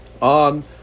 on